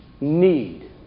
need